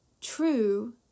true